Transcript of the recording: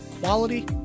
quality